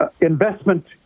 investment